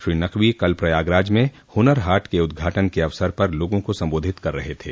श्री नकवी कल प्रयागराज में हुनर हाट के उदघाटन के अवसर पर लोगों को संबोधित कर रहे थे